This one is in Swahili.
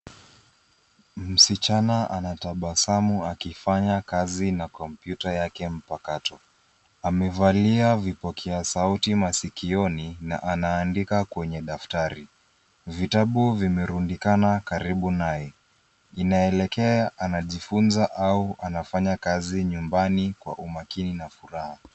Msichana anatabasamu akifanya kazi na kompyuta yake mpakato. Amevalia vipokia sauti masikioni na anaandika kwenye daftari. Vitabu vimerundikana karibu naye. Inaelekea anajifunza au anafanya kazi nyumbani kwa umakini na furaha.